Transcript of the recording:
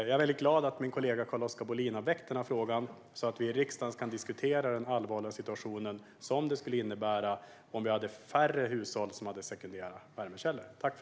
Jag är glad att min kollega Carl-Oskar Bohlin har väckt denna fråga så att vi i riksdagen kan diskutera den allvarliga situation som det skulle innebära om färre hushåll hade sekundära värmekällor.